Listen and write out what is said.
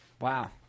Wow